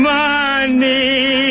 money